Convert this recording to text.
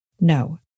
No